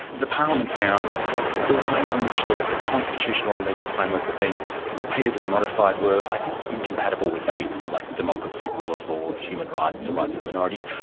the parliament found the ways in which the the constitutional and legal framework had been repeatedly modified where i think incompatible with values like democracy, rule of law, human rights, the rights of minorities.